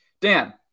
Dan